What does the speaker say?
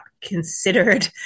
considered